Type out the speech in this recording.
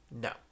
no